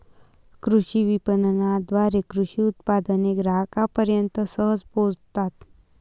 कृषी विपणनाद्वारे कृषी उत्पादने ग्राहकांपर्यंत सहज पोहोचतात